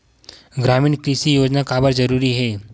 ग्रामीण कृषि योजना काबर जरूरी हे?